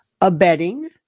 abetting